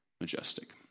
majestic